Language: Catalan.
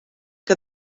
que